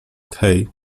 hej